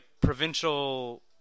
provincial